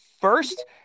First